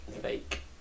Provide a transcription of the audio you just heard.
Fake